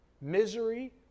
misery